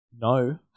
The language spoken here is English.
no